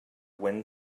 wind